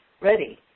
ready